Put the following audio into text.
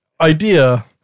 idea